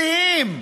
מדהים.